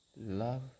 Love